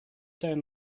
down